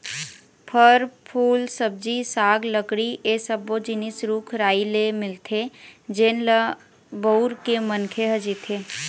फर, फूल, सब्जी साग, लकड़ी ए सब्बो जिनिस रूख राई ले मिलथे जेन ल बउर के मनखे ह जीथे